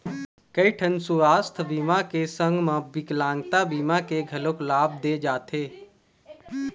कइठन सुवास्थ बीमा के संग म बिकलांगता बीमा के घलोक लाभ दे जाथे